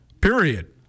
period